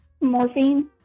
Morphine